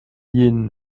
yin